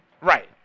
Right